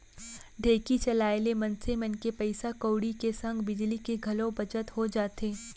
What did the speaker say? ढेंकी चलाए ले मनसे मन के पइसा कउड़ी के संग बिजली के घलौ बचत हो जाथे